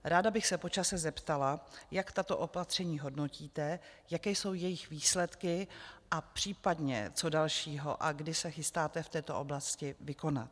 Ráda bych se po čase zeptala, jak tato opatření hodnotíte, jaké jsou jejich výsledky a případně co dalšího a kdy se chystáte v této oblasti vykonat.